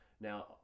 Now